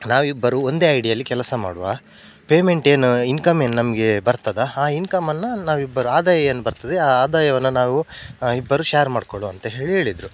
ನಾವಿಬ್ಬರೂ ಒಂದೇ ಐ ಡಿಯಲ್ಲಿ ಕೆಲಸ ಮಾಡುವ ಪೇಮೆಂಟ್ ಏನು ಇನ್ಕಮ್ ಏನು ನಮಗೆ ಬರ್ತದೆ ಆ ಇನ್ಕಮ್ಮನ್ನು ನಾವಿಬ್ಬರೂ ಆದಾಯ ಏನು ಬರ್ತದೆ ಆ ಆದಾಯವನ್ನು ನಾವು ಇಬ್ಬರು ಶ್ಯಾರ್ ಮಾಡ್ಕೊಳ್ಳುವ ಅಂತ ಹೇಳಿ ಹೇಳಿದರು